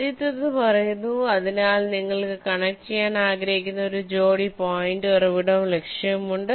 ആദ്യത്തേത് പറയുന്നു അതിനാൽ നിങ്ങൾക്ക് കണക്റ്റുചെയ്യാൻ ആഗ്രഹിക്കുന്ന ഒരു ജോടി പോയിന്റ് ഉറവിടവും ലക്ഷ്യവുമുണ്ട്